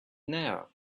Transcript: now